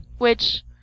which